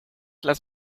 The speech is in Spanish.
las